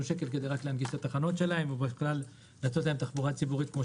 שקלים כדי להנגיש את התחנות ולהקצות להם תחבורה ציבורית כפי